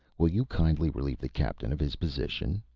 will you kindly relieve the captain of his position?